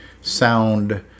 sound